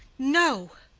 no.